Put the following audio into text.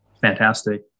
fantastic